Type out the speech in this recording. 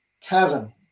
Kevin